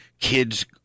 kids